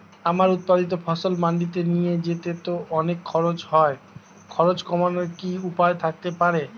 আমার উৎপাদিত ফসল মান্ডিতে নিয়ে যেতে তো অনেক খরচ হয় খরচ কমানোর কি উপায় থাকতে পারে?